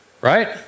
right